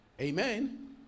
Amen